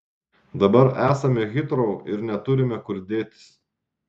dabar esame hitrou ir neturime kur dėtis